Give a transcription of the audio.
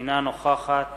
אינה נוכחת